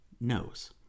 knows